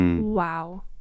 Wow